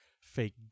fake